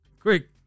Quick